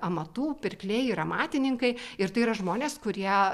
amatų pirkliai ir amatininkai ir tai yra žmonės kurie